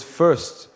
first